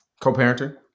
co-parenting